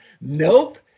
Nope